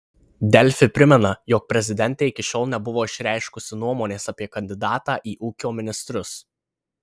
delfi primena jog prezidentė iki šiol nebuvo išreiškusi nuomonės apie kandidatą į ūkio ministrus